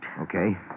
Okay